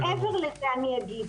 מעבר לזה אני אגיד,